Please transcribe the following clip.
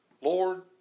Lord